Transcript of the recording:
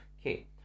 Okay